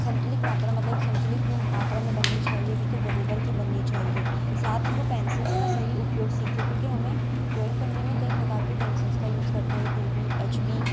संतुलिट मात्रा मतलब एक संतुलिट मात्रा में बननी चाहिए बिल्कुल बराबर की बननी चाहिए साथ ही वह पेन्सिल्स का सही उपयोग सीखे क्योंकि हमें ड्रोइंग करने में कई प्रकार की पेन्सिल्स का यूज़ करते हैं टू बी एच बी